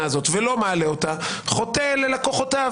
הזאת ולא מעלה אותה - חוטא ללקוחותיו.